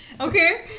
Okay